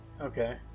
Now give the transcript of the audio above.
Okay